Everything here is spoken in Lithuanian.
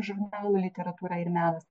žurnalo literatūra ir menas